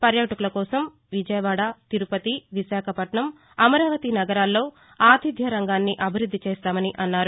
పర్యాటకులకోసం విజయవాడ తిరుపతి విశాఖపట్నం అమరావతి నగరాల్లో ఆతిధ్యరంగాన్ని అభివృద్దిచేస్తామని అన్నారు